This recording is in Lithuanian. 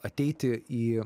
ateiti į